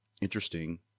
interesting